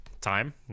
time